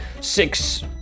six